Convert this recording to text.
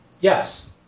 yes